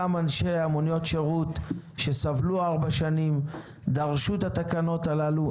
גם אנשי מוניות השירות שסבלו ארבע שנים דרשו את התקנות הללו.